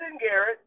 Garrett